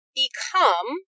become